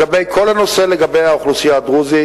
כל הנושא של האוכלוסייה הדרוזית,